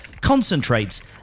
concentrates